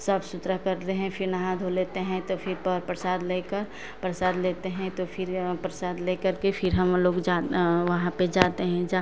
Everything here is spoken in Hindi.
साफ सुथरा करते हैं फिर नहा धो लेते हैं तो फिर पर परसाद लेकर प्रसाद लेते हैं तो फिर प्रसाद लेकर के फिर हम लोग जा वहाँ पर जाते हैं जा